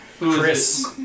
Chris